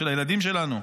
של הילדים שלנו.